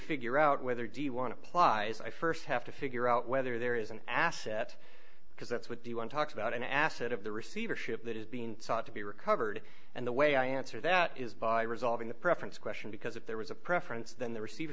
figure out whether do you want to apply as i st have to figure out whether there is an asset because that's what the one talks about an asset of the receivership that is being thought to be recovered and the way i answer that is by resolving the preference question because if there was a preference then the receiver